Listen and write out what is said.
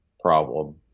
problem